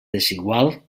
desigual